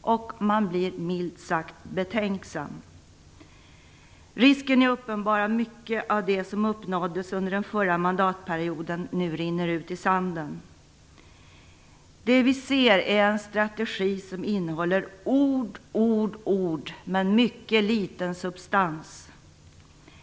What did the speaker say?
och man blir milt sagt betänksam. Risken är uppenbar att mycket av det som uppnåddes under den förra mandatperioden nu rinner ut i sanden. Det vi ser är en strategi som innehåller ord, ord, ord men mycket liten substans.